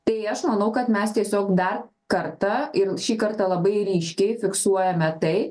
tai aš manau kad mes tiesiog dar kartą ir šį kartą labai ryškiai fiksuojame tai